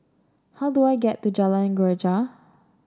how do I get to Jalan Greja